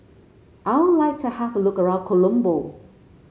I would like to have look around Colombo